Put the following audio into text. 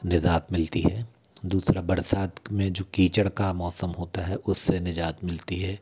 निजात मिलती है दूसरा बरसात में जो कीचड़ का मौसम होता है उससे निजात मिलती है